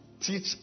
teach